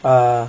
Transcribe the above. uh